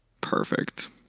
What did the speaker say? perfect